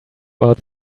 about